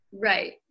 Right